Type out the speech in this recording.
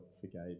forgave